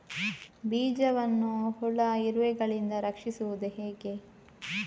ಬೀಜವನ್ನು ಹುಳ, ಇರುವೆಗಳಿಂದ ರಕ್ಷಿಸುವುದು ಹೇಗೆ?